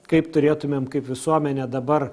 kaip turėtumėm kaip visuomenė dabar